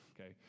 okay